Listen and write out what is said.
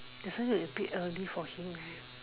isn't a bit early for him leh